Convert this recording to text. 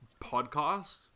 podcast